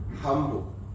humble